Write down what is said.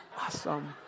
Awesome